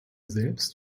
selbst